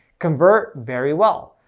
convert very well.